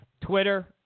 Twitter